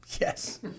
yes